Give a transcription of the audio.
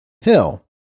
Hill